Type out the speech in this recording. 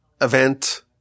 event